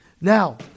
Now